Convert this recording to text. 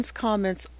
comments